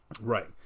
Right